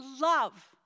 love